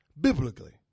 biblically